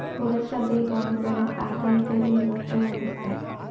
ಪುರಸಭೆಯ ಬಾಂಡ್ಗಳ ಆದಾಯ ತೆರಿಗೆ ಮುಕ್ತವಾಗಿರ್ತಾವ